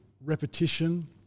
repetition